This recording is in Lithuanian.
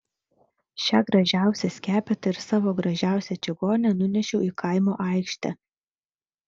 šią gražiausią skepetą ir savo gražiausią čigonę nunešiau į kaimo aikštę